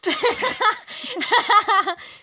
हा हा हा हा हा